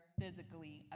physically